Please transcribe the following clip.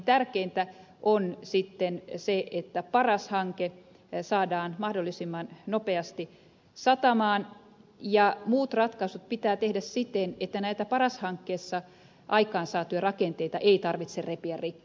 tärkeintä on se että paras hanke saadaan mahdollisimman nopeasti satamaan ja muut ratkaisut pitää tehdä siten että näitä paras hankkeessa aikaansaatuja rakenteita ei tarvitse repiä rikki